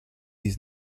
his